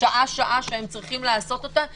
שעה-שעה שהם צריכים לעשות אותו,